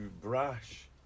brash